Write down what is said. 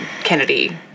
Kennedy